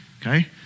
Okay